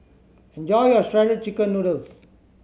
enjoy your Shredded Chicken Noodles